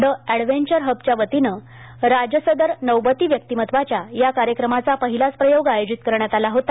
the adventure हबच्या वतीने राजसदर नौबती व्यक्तिमत्वच्या या कार्यक्रमाचा पहिलाच प्रयोग आयोजित करण्यात आला होता